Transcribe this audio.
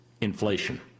inflation